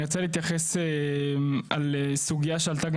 אני רוצה להתייחס לסוגייה שעלתה גם